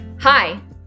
Hi